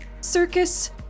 Circus